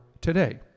today